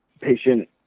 patient